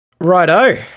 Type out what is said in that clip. Righto